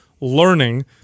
learning